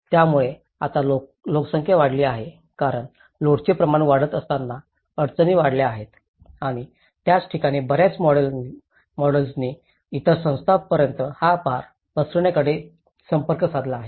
त्यामुळे आता लोकसंख्या वाढली आहे कारण लोडचे प्रमाण वाढत असताना अडचणी वाढल्या आहेत आणि त्याच ठिकाणी बर्याच मॉडेल्सनी इतर संस्थांपर्यंत हा भार पसरवण्याकडे संपर्क साधला आहे